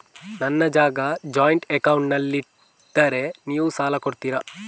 ನನ್ನ ಜಾಗ ಜಾಯಿಂಟ್ ಅಕೌಂಟ್ನಲ್ಲಿದ್ದರೆ ನೀವು ಸಾಲ ಕೊಡ್ತೀರಾ?